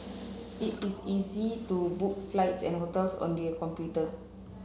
it is easy to book flights and hotels on the computer